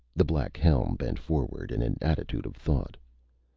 the black helm bent forward, in an attitude of thought.